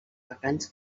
vacants